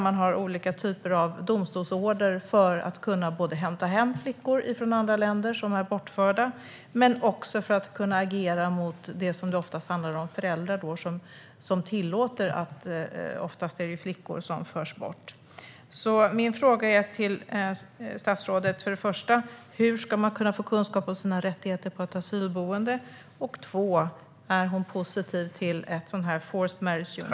Man har olika typer av domstolsorder för att kunna hämta hem bortförda flickor från andra länder, men också för att kunna agera mot föräldrar som tillåter att flickor förs bort. Jag vill för det första fråga statsrådet: Hur ska man få kunskap om sina rättigheter på ett asylboende? För det andra undrar jag: Är hon positiv till en sådan här forced marriage unit?